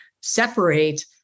separate